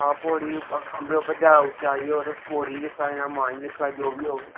पौड़ी खल्लै उप्परै गी होग भी दिक्खना पौना कियां करनी